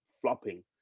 flopping